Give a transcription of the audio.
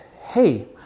hey